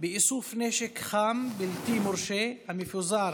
באיסוף נשק חם בלתי מורשה המפוזר